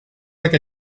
like